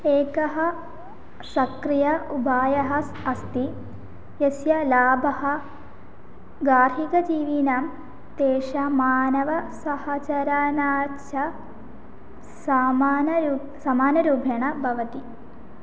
एकः सक्रियः उपायः अस्ति यस्य लाभः गार्हिकजीविनां तेषां मानवसहाचराणाञ्च समानयुक् समानरूपेण भवति